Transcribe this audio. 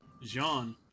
Jean